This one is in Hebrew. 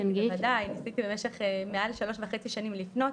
בוודאי, ניסיתי מעל שלוש וחצי שנים לפנות.